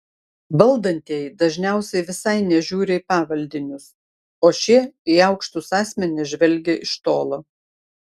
valdantieji dažniausiai visai nežiūri į pavaldinius o šie į aukštus asmenis žvelgia iš tolo